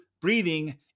breathing